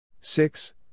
six